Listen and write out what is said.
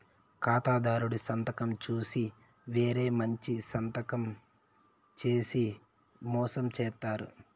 ఖాతాదారుడి సంతకం చూసి వేరే మంచి సంతకం చేసి మోసం చేత్తారు